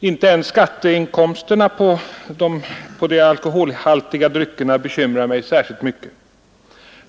Inte ens skatteinkomsterna på de alkoholhaltiga dryckerna bekymrar mig särskilt mycket.